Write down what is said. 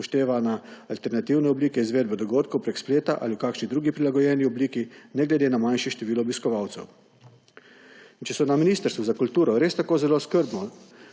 upoštevala alternativna oblika izvedbe dogodkov preko spleta ali v kakšni drugi prilagojeni obliki ne glede na manjše število obiskovalcev. In če so na Ministrstvu za kulturo res tako zelo skrbno